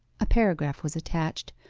a paragraph was attached,